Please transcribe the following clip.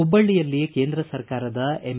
ಹುಬ್ಬಳ್ಳಿಯಲ್ಲಿ ಕೇಂದ್ರ ಸರ್ಕಾರದ ಎಂ